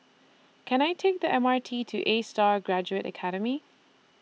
Can I Take The M R T to ASTAR Graduate Academy